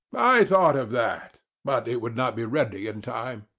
i thought of that but it would not be ready in time.